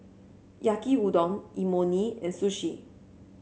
Yaki Udon Imoni and Sushi